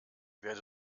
werde